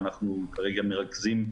ואנחנו כרגע מרכזים את